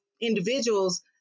individuals